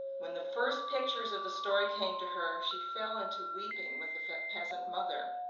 when the first pictures of the story came to her she fell into weeping with the peasant mother.